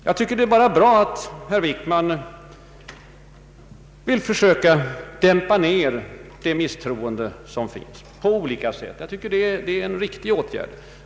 Jag tycker det är bra att herr Wickman på olika sätt försöker dämpa det allmänna misstroendet inom näringslivet mot regeringen. Det är en riktig åtgärd.